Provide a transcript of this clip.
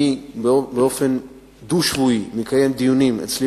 אני מקיים דיונים דו-שבועיים אצלי